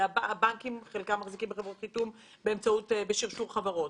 הבנקים, חלקם מחזיקים בחברות חיתום בשרשור חברות.